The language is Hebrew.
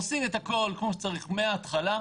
עושים את הכול כמו שצריך מהתחלה.